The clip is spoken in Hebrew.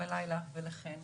בלילה ולכן